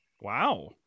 Wow